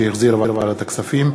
שהחזירה ועדת הכספים,